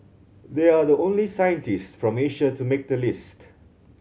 they are the only scientists from Asia to make the list